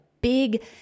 big